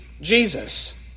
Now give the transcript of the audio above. Jesus